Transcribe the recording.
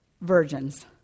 virgins